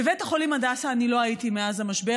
בבית החולים הדסה אני לא הייתי מאז המשבר.